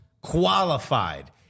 qualified